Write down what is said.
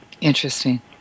Interesting